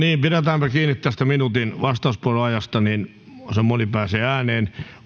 pidetäänpä kiinni tästä minuutin vastauspuheenvuoroajasta niin mahdollisimman moni pääsee ääneen